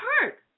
hurt